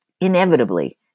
inevitably